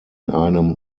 einem